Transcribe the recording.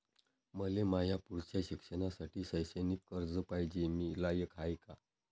मले माया पुढच्या शिक्षणासाठी शैक्षणिक कर्ज पायजे, मी लायक हाय का?